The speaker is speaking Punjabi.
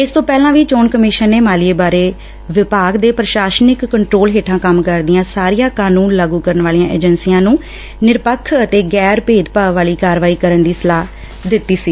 ਇਸ ਤੋਂ ਪਹਿਲਾ ਵੀ ਚੋਣ ਕਮਿਸ਼ਨ ਨੇ ਮਾਲੀਏ ਬਾਰੇ ਵਿਭਾਗ ਦੇ ਪ੍ਸ਼ਾਸਨਿਕ ਕੰਟਰੋਲ ਹੇਠਾਂ ਕੰਮ ਕਰਦੀਆਂ ਸਾਰੀਆਂ ਕਾਨੂੰਨ ਲਾਗੂ ਕਰਨ ਵਾਲੀਆਂ ਏਜੰਸੀਆਂ ਨੂੰ ਨਿਰੱਪਖ ਅਤੇ ਗੈਰ ਭੇਦਭਾਵ ਵਾਲੀ ਕਾਰਵਾਈ ਕਰਨ ਦੀ ਸਲਾਹ ਦਿੱਤੀ ਸੀ